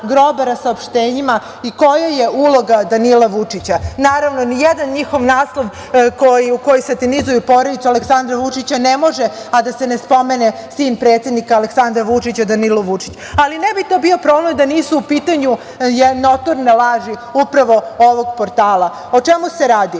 grobara saopštenjima i koja je uloga Danila Vučića. Naravno, ni jedan njihov naslov koji satanizuje porodicu Aleksandra Vučića ne može a da se ne spomene sin predsednika Aleksandra Vučića Danilo Vučić. Ali, ne bi to bilo problem da nisu u pitanju notorne laži upravo ovog portala. O čemu se radi? Ovaj